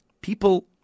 people